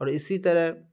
اور اسی طرح